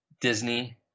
Disney